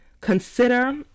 Consider